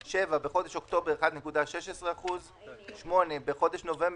(7) בחודש אוקטובר, 1.16%; (8) בחודש נובמבר,